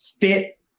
fit